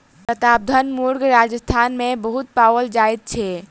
प्रतापधन मुर्ग राजस्थान मे बहुत पाओल जाइत छै